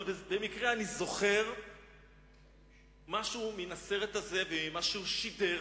אבל במקרה אני זוכר משהו מן הסרט הזה, מה הוא שידר